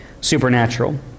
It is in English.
supernatural